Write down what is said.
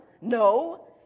No